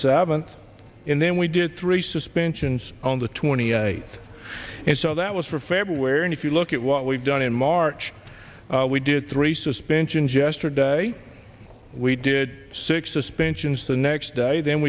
seventh in then we did three suspensions on the twenty eighth and so that was for february and if you look at what we've done in march we did three suspension jester day we did six suspensions the next day th